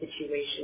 situation